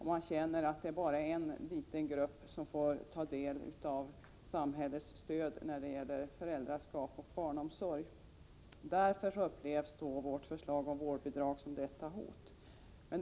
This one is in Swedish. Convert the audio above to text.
Man känner att det bara är en liten grupp som får ta del av samhällets stöd när det gäller föräldraskap och barnomsorg. Därför upplevs vårt förslag om vårdnadsbidrag som ett hot.